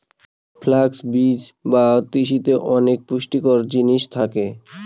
flux বীজ বা তিসিতে অনেক পুষ্টিকর জিনিস থাকে